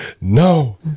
No